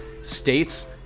States